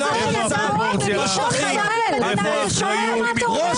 של צה"ל בשטחים ------ אתה שומע מה שאתה אומר?